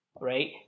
Right